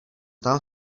tam